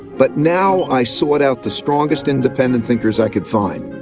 but now i sought out the strongest independent thinkers i could find.